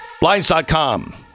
Blinds.com